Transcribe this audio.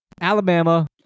Alabama